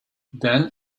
then